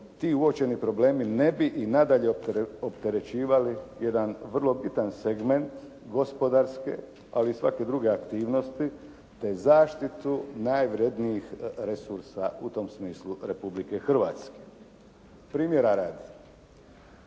ti uočeni problemi ne bi i nadalje opterećivali jedan vrlo bitan segment gospodarske, ali i svake druge aktivnosti, te zaštitu najvrednijih resursa u tom smislu Republike Hrvatske. Primjera radi.